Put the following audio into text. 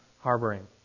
harboring